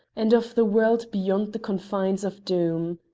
and of the world beyond the confines of doom.